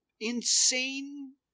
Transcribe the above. insane